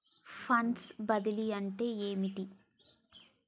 Funds బదిలీ అంటే ఏమిటి?